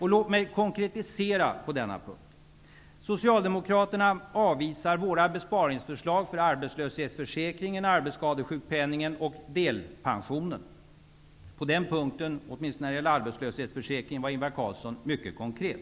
Låt mig konkretisera på denna punkt. Socialdemokraterna avvisar våra besparingsförslag för arbetslöshetsförsäkringen, arbetsskadesjukpenningen och delpensionen. Åtminstone när det gäller arbetslöshetsförsäkringen var Ingvar Carlsson mycket konkret.